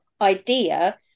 idea